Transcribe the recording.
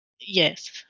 Yes